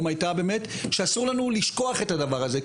היתה באמת שאסור לנו לשכוח את הדבר הזה.